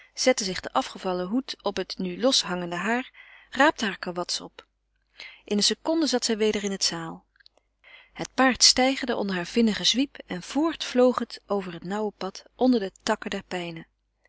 zette zich den afgevallen hoed op het nu loshangende haar en raapte haar karwats op in een seconde zat zij weder in het zaâl het paard steigerde onder haar vinnigen zwiep en voort vloog het over het nauwe pad onder de takken der pijnen